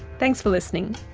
thanks for listening